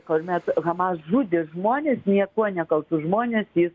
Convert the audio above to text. kuomet hamas žudė žmones niekuo nekaltus žmones jis